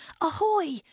Ahoy